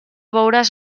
veuràs